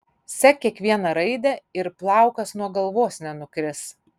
sek kiekvieną raidę ir plaukas nuo galvos nenukris